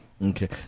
Okay